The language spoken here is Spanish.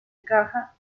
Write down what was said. caja